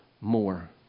more